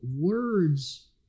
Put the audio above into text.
words